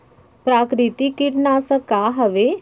प्राकृतिक कीटनाशक का हवे?